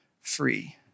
free